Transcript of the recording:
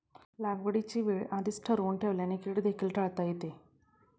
लागवडीची वेळ आधीच ठरवून ठेवल्याने कीड देखील टाळता येते